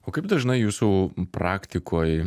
o kaip dažnai jūsų praktikoj